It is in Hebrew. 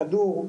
כדור,